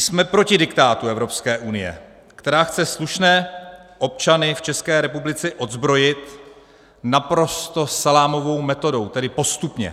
Jsme proti diktátu Evropské unie, která chce slušné občany v České republice odzbrojit naprosto salámovou metodou, tedy postupně.